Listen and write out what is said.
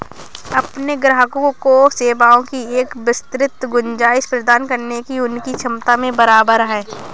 अपने ग्राहकों को सेवाओं की एक विस्तृत गुंजाइश प्रदान करने की उनकी क्षमता में बराबर है